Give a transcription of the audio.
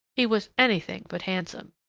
he was anything but handsome.